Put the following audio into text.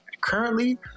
currently